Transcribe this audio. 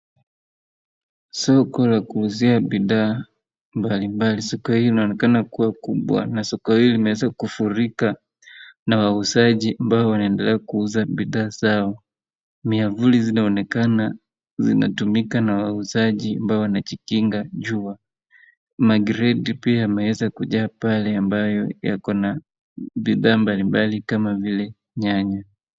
Soko la kuuzia bidhaa mbalimbali. Soko hiyo inaonekana kuwa kubwa na soko hiyo imeweza kufurika na wauzaji ambao wanaendelea kuuza bidhaa zao. Miavuli zinaonekana zinatumika na wauzaji ambao wanajikinga jua. Makreti pia imeweza kujaa pale ambaye yako na bidhaa mbalimbali kama vile nyanya.